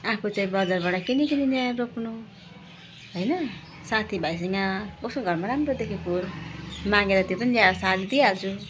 आफू चाहिँ बजारबाट किनी किनी ल्याएर रोप्नु होइन साथीभाइसँग कसको घरमा राम्रो देखेको मागेर त्यो पनि ल्याएर सारिदिई हाल्छु